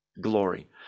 glory